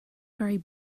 ferry